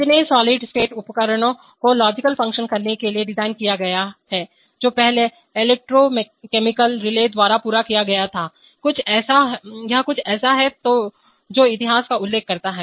इतने solid state उपकरण को लॉजिकल फंक्शन करने के लिए डिज़ाइन किया गया है जो पहले इलेक्ट्रोकेमिकल रिले द्वारा पूरा किया गया था यह कुछ ऐसा है जो इतिहास का उल्लेख करता है